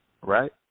Right